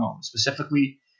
specifically